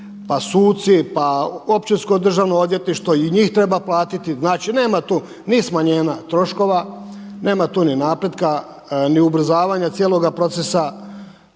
pa suci, pa Općinsko državno odvjetništvo i njih treba platiti. Znači nema tu ni smanjenja troškova, nema tu ni napretka, ni ubrzavanja cijeloga procesa.